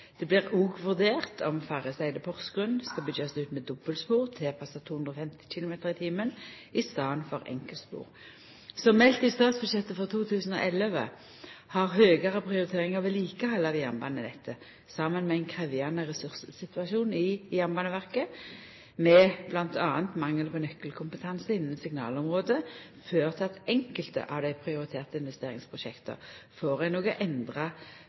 Det blir òg vurdert om Farriseidet–Porsgrunn skal byggjast ut med dobbeltspor tilpassa 250 kilometer i timen i staden for enkeltspor. Som meldt i statsbudsjettet for 2011, har høgare prioritering av vedlikehaldet av jernbanenettet saman med ein krevjande ressurssituasjon i Jernbaneverket, med bl.a. mangel på nøkkelkompetanse innan signalområdet, ført til at enkelte av dei prioriterte investeringsprosjekta får ei noko endra